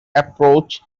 approach